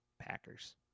Packers